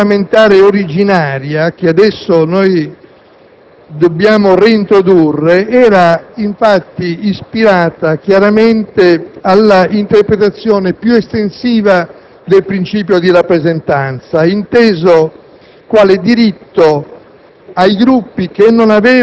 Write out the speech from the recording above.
La norma regolamentare originaria, che adesso dobbiamo reintrodurre, era infatti ispirata chiaramente alla interpretazione più estensiva del principio di rappresentanza, inteso quale diritto